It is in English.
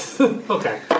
Okay